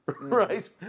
right